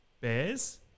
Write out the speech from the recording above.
Bears